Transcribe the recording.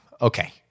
Okay